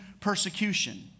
persecution